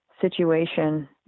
situation